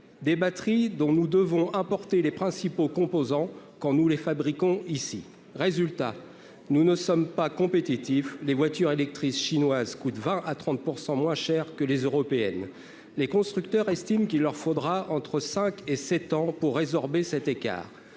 des batteries dont nous devons importer les principaux composants quand nous les fabriquons ici, résultat : nous ne sommes pas compétitifs, les voitures électriques chinoises de 20 à 30 % moins chères que les européennes, les constructeurs estiment qu'il leur faudra entre 5 et 7 ans pour résorber cet écart